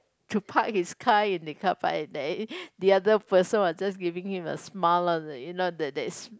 to park his car in the carpark and that the other person was just giving him a smile on the you know that that